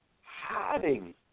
hiding